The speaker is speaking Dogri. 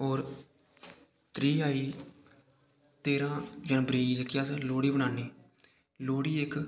होर त्री आई तेरां जनवरी गी जेह्की अस लोह्ड़ी मनाने आं लोह्ड़ी इक